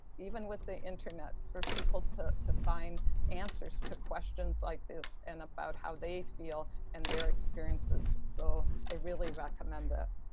even with the internet, for people to to find answers to questions like this and about how they feel and their experiences. so i really recommend that.